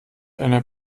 einer